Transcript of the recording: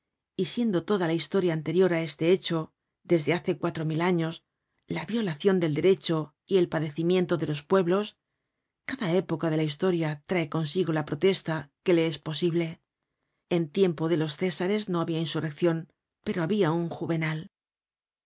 y siendo toda la historia anterior á este hecho desde hace cuatro mil años la violacion del derecho y el padecimiento de los pueblos cada época de la historia trae consigo la protesta que le es posible en tiempo de los césares no habia insurreccion pero habia un juvenal